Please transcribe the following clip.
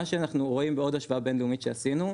מה שאנחנו רואים בעוד השוואה בינלאומית שעשינו,